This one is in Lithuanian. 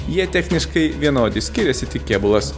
jie techniškai vienodi skiriasi tik kėbulas